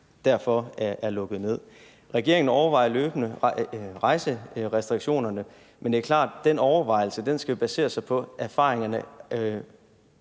derfor er lukket ned. Regeringen overvejer løbende rejserestriktionerne, men det er klart, at den overvejelse skal basere sig på erfaringerne